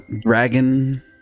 dragon